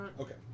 okay